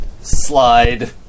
Slide